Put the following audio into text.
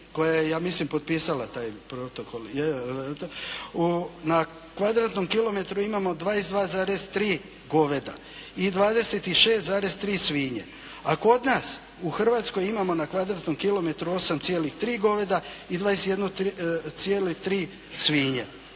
koja je ja mislim potpisala taj protokol, na kvadratnom kilometru imamo 22,3 goveda i 26,3 svinje a kod nas u Hrvatskoj imamo na kvadratnom kilometru 8,3 goveda i 21,3 svinje.